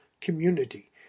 community